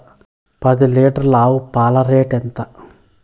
పది లీటర్ల ఆవు పాల రేటు ఎంత?